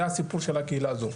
זה סיפור של הקהילה הזו,